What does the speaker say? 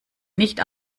nicht